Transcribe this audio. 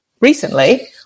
recently